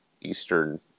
Eastern